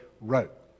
wrote